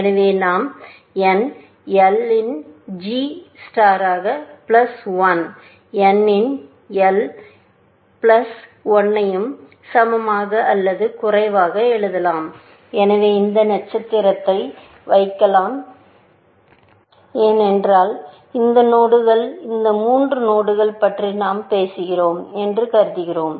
எனவே நாம் n l இன் g நட்சத்திரத்தையும் பிளஸ் ஒன் n இன் l ஐயும் பிளஸ் ஒன்னையும் சமமாக அல்லது குறைவாக எழுதலாம் எனவே இந்த நட்சத்திரத்தை வைக்கலாம் ஏனென்றால் இந்த நோடுகள் இந்த மூன்று நோடுகள்பற்றி நாம் பேசுகிறோம் என்று கருதுகிறோம்